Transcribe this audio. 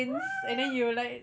!wow!